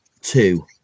two